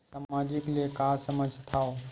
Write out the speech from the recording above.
सामाजिक ले का समझ थाव?